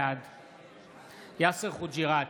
בעד יאסר חוג'יראת,